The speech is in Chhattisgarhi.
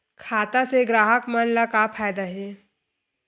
खाता से ग्राहक मन ला का फ़ायदा हे?